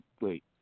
wait